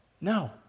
No